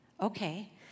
Okay